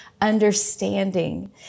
understanding